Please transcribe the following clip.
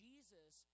Jesus